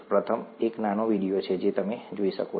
પ્રથમ એક નાનો વિડિઓ છે જે તમે જોઈ શકો છો